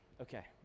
okay